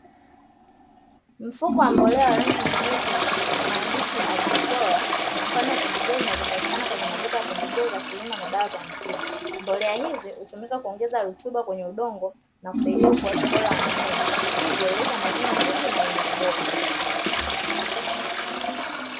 Mfuko wa mbolea wa rangi nyeupe wenye maandishi ''Agrofora'' ni mfano wa pembejeo zinazopatikana kwenye maduka ya pembejeo za kilimo na dawa za mifugo. Mbolea hizi hutumika kuongeza rutuba kwenye udongo na kusaidia ukuaji bora wa mimea, hivyo huleta mavuno mengi na yenye ubora